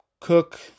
Cook